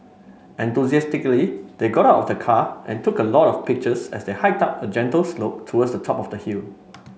enthusiastically they got out of the car and took a lot of pictures as they hiked up a gentle slope towards the top of the hill